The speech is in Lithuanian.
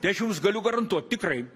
tai aš jums galiu garantuot tikrai